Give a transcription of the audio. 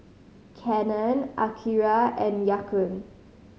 Canon Akira and Ya Kun